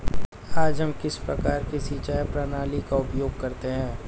आज हम किस प्रकार की सिंचाई प्रणाली का उपयोग करते हैं?